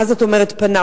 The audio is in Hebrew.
מה זאת אומרת "פנה"?